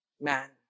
man